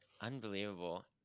Unbelievable